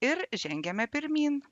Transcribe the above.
ir žengiame pirmyn